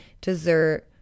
Dessert